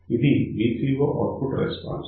ఇది VCO output response